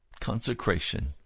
consecration